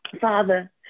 Father